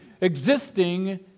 existing